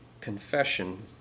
confession